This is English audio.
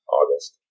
August